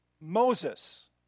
Moses